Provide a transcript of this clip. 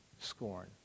scorn